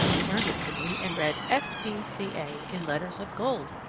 i turned it to me and read s. p. c. a. in letters of gold!